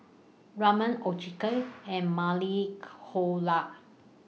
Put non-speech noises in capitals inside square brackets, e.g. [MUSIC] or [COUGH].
Ramen [UNINTELLIGIBLE] and Maili [UNINTELLIGIBLE]